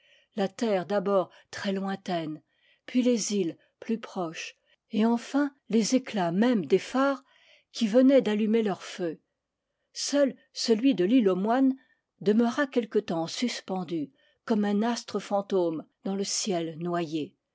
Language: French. la terre d'abord très lointaine puis les îles plus proches et enfin les éclats mêmes des phares qui venaient d'allu mer leurs feux seul celui de l'île aux moines demeura quel que temps suspendu comme un astre fantôme dans le ciel noyé